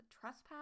trespass